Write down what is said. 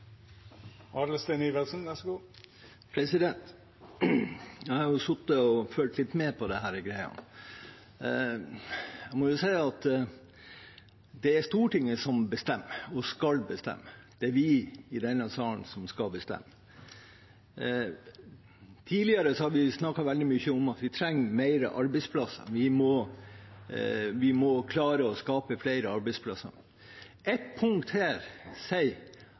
er Stortinget som bestemmer og skal bestemme, det er vi i denne salen som skal bestemme. Tidligere har vi snakket veldig mye om at vi trenger flere arbeidsplasser, vi må klare å skape flere arbeidsplasser. Ett punkt her sier